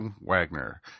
Wagner